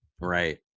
Right